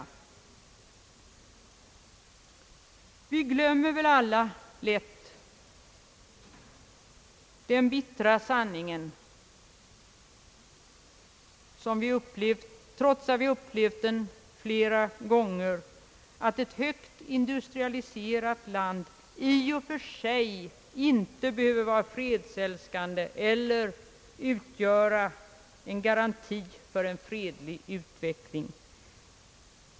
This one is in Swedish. Vi glömmer alla lätt den bittra sanningen, trots att vi har upplevt den flera gånger, att ett högt industrialiserat land inte i och för sig behöver vara fredsälskande eller utgöra en garanti för en fredlig utveckling.